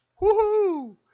woohoo